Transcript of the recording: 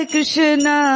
Krishna